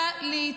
כלכלית,